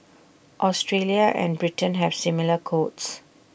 Australia and Britain have similar codes